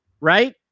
right